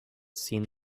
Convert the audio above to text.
seemed